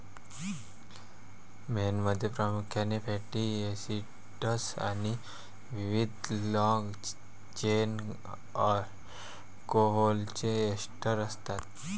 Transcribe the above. मेणमध्ये प्रामुख्याने fatty acids आणि विविध लाँग चेन अल्कोहोलचे एस्टर असतात